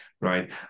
right